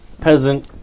peasant